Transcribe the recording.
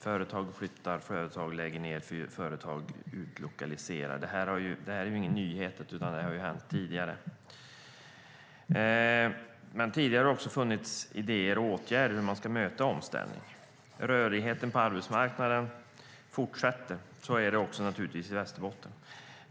Företag flyttar, företag lägger ned och företag utlokaliserar. Det är ingen nyhet, utan det har hänt tidigare. Men tidigare har också funnits idéer och åtgärder för hur omställningen ska mötas. Rörligheten på arbetsmarknaden fortsätter. Så är det naturligtvis också i Västerbotten.